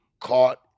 caught